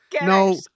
no